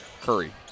Curry